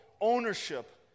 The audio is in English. ownership